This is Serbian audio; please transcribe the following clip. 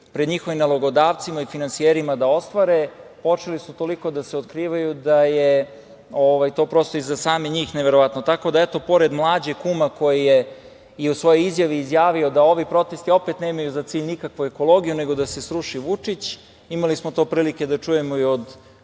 pred njihove nalogodavce i finansijerima da ostvare. Počeli su toliko da se otkrivaju da je to prosto i za same njih neverovatno. Tako da eto, pored Mlađe, kuma koji je u svojoj izjavio izjavio da ovi protesti opet nemaju za cilj nikakvu ekologiju, nego da se sruši Vučić. Imali smo to prilike da čujemo i od